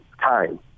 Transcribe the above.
time